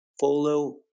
follow